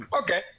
okay